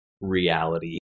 reality